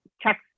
checks